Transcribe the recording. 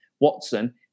Watson